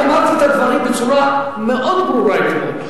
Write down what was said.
אני אמרתי את הדברים בצורה מאוד ברורה אתמול.